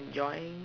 enjoy